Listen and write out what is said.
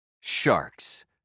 Sharks